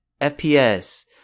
FPS